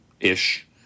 Ish